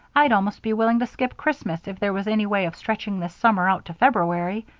i'd almost be willing to skip christmas if there was any way of stretching this summer out to february.